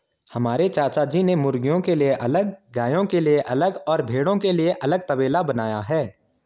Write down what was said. हमारे चाचाजी ने मुर्गियों के लिए अलग गायों के लिए अलग और भेड़ों के लिए अलग तबेला बनाया है